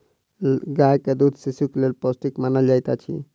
गाय के दूध शिशुक लेल पौष्टिक मानल जाइत अछि